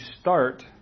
start